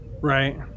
Right